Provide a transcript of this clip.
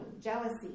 jealousy